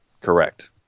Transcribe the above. Correct